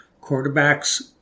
quarterbacks